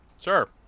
sure